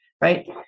right